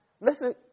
Listen